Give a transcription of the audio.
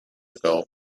ago